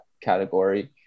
category